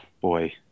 boy